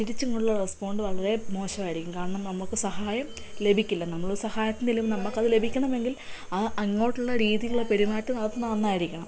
തിരിച്ച് ഇങ്ങോട്ടുള്ള റെസ്പോണ്ട് വളരെ മോശമായിരിക്കും കാരണം നമുക്ക് സഹായം ലഭിക്കില്ല നമ്മളൊരു സഹായത്തിന് ചെല്ലുമ്പോൾ നമുക്കത് ലഭിക്കണമെങ്കിൽ ആ അങ്ങോട്ടുള്ള രീതികൾ പെരുമാറ്റം അത് നന്നായിരിക്കണം